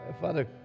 Father